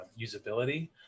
usability